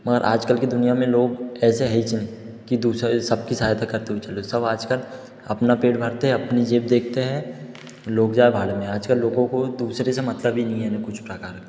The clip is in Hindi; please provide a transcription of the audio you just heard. मगर आजकल के दुनिया में लोग ऐसे कि दूसरे सबकी सहायता करते हुए चलो सब आजकल अपना पेट भरते हैं अपनी जेब देखते हैं लोग जाए भाड़ में आजकल लोगों को दूसरे से मतलब ही नहीं है कुछ प्रकार